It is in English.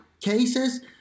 cases